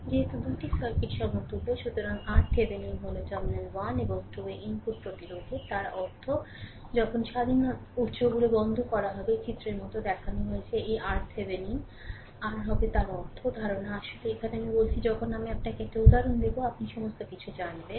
যেহেতু 2 সার্কিট সমতুল্য সুতরাং RThevenin হল টার্মিনাল 1 এবং 2 এ ইনপুট প্রতিরোধের তার অর্থ যখন স্বাধীন উৎসগুলো বন্ধ করা হবে চিত্রের মতো দেখানো হয়েছে এই RThevenin আর হবে তার অর্থ ধারণা আসলে এখানে আমি বলছি যখন আমি আপনাকে একটি উদাহরণ দেব আপনি সমস্ত কিছু জানবেন